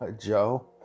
Joe